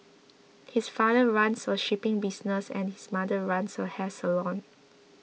his father runs a shipping business and his mother runs a hair salon